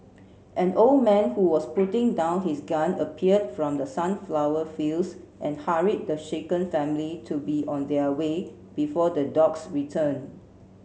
an old man who was putting down his gun appeared from the sunflower fields and hurried the shaken family to be on their way before the dogs return